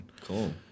cool